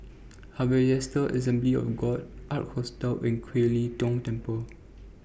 Harvester Assembly of God Ark Hostel and Kiew Lee Tong Temple